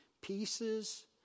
pieces